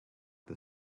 the